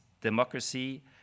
democracy